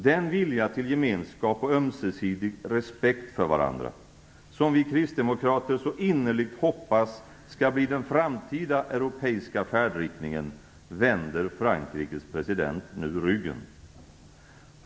Den vilja till gemenskap och ömsesidig respekt för varandra som vi kristdemokrater så innerligt hoppas skall bli den framtida europeiska färdriktningen vänder Frankrikes president nu ryggen.